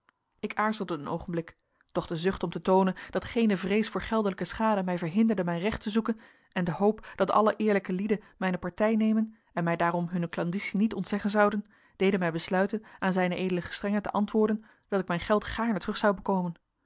ik aarzelde een oogenblik doch de zucht om te toonen dat geene vrees voor geldelijke schade mij verhinderde mijn recht te zoeken en de hoop dat alle eerlijke lieden mijne partij nemen en mij daarom hunne klandizie niet ontzeggen zouden deden mij besluiten aan z ed gestr te antwoorden dat ik mijn geld gaarne terug zou bekomen